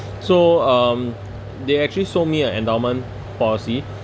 so um they actually sold me a endowment policy